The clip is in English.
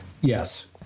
Yes